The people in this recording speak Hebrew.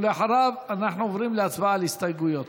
ואחריו אנחנו עוברים להצבעה על הסתייגויות.